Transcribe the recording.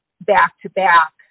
back-to-back